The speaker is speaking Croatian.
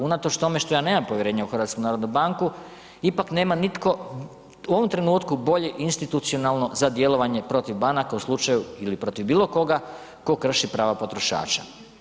Unatoč tome što ja nemam povjerenja u HNB ipak nema nitko u ovom trenutku bolje institucionalno za djelovanje protiv banaka u slučaju ili protiv bilo koga tko krši prava potrošača.